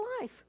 life